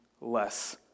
less